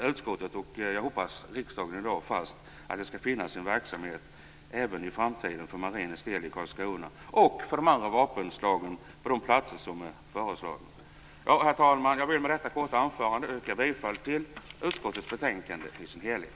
Utskottet, och jag hoppas även riksdagen i dag, slår fast att det skall finnas en verksamhet för marinens del i Karlskrona även i framtiden och för de andra vapenslagen på de platser som är föreslagna. Herr talman! Jag vill med detta korta anförande yrka bifall till utskottets hemställan i dess helhet.